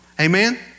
Amen